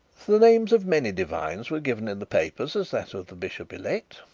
the names of many divines were given in the papers as that of the bishop elect.